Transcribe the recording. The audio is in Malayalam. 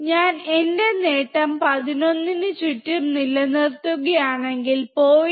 ഞാൻ എന്റെ നേട്ടം 11 ന് ചുറ്റും നിലനിർത്തുകയാണെങ്കിൽ 0